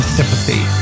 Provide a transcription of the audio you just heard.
Sympathy